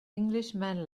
englishman